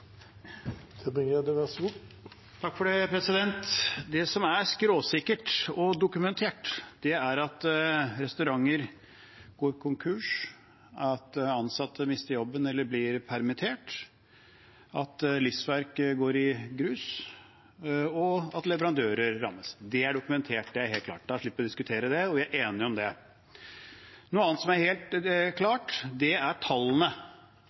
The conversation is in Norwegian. dokumentert, er at restauranter går konkurs, at ansatte mister jobben eller blir permittert, at livsverk går i grus, og at leverandører rammes. Det er dokumentert, det er helt klart. Da slipper vi å diskutere det, og vi er enige om det. Noe annet som er helt klart, er